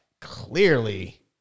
clearly